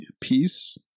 peace